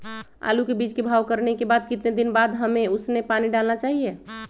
आलू के बीज के भाव करने के बाद कितने दिन बाद हमें उसने पानी डाला चाहिए?